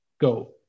Go